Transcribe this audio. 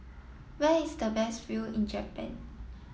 where is the best view in Japan